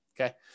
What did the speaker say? Okay